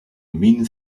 mean